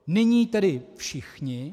Nyní tedy všichni.